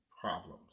problems